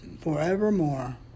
forevermore